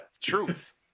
Truth